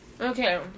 Okay